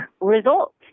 results